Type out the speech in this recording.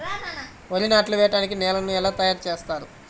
వరి నాట్లు వేయటానికి నేలను ఎలా తయారు చేస్తారు?